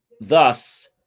Thus